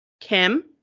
kim